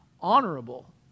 honorable